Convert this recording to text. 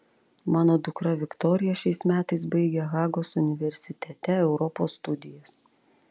mano dukra viktorija šiais metais baigia hagos universitete europos studijas